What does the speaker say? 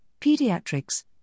pediatrics